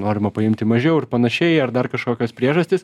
norima paimti mažiau ir panašiai ar dar kažkokios priežastys